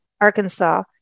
Arkansas